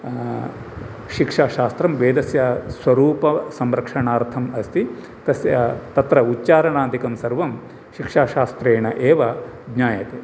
शिक्षाशास्त्रं वेदस्य स्वरूपसंरक्षणार्थम् अस्ति तस्य तत्र उच्चारणादिकं सर्वं शिक्षाशास्त्रेण एव ज्ञायते